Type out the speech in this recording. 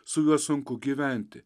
su juo sunku gyventi